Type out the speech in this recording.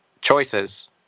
choices